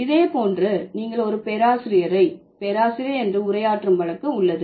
இதே போன்ற நீங்கள் ஒரு பேராசிரியரை பேராசிரியர் என்று உரையாற்றும் வழக்கு உள்ளது